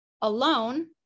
alone